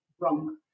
wrong